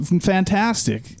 fantastic